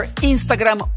Instagram